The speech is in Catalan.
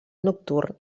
nocturn